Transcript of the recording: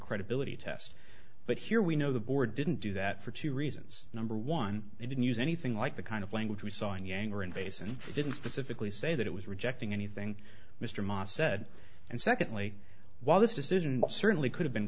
credibility test but here we know the board didn't do that for two reasons number one they didn't use anything like the kind of language we saw on yang or in face and didn't specifically say that it was rejecting anything mr ma said and secondly while this decision certainly could have been